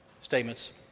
statements